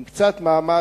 עם קצת מאמץ,